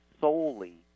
solely